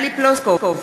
טלי פלוסקוב,